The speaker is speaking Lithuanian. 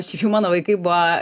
šiaip jau mano vaikai buo